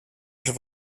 els